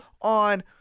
on